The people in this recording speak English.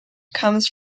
comes